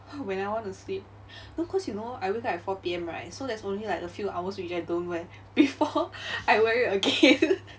when I want to sleep no cause you know I wake at four P_M right so there's only like a few hours which I don't wear before I wear it again